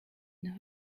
une